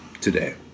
today